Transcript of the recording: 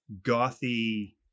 gothy